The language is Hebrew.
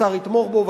השר יתמוך בו.